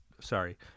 sorry